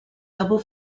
double